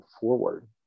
forward